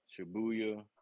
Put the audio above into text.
Shibuya